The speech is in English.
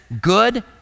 good